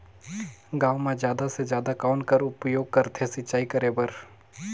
गांव म जादा से जादा कौन कर उपयोग करथे सिंचाई करे बर?